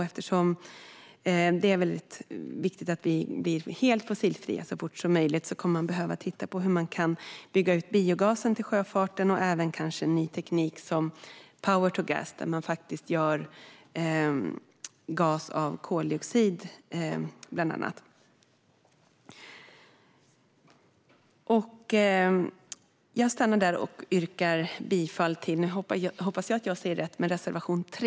Eftersom det är viktigt att vi blir helt fossilfria så fort som möjligt kommer vi att behöva titta på hur man kan bygga ut biogasen till sjöfarten och kanske även på ny teknik som power to gas, alltså en teknik för att göra gas av bland annat koldioxid. Jag yrkar bifall - jag hoppas att jag säger rätt - till reservation 3.